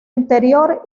interior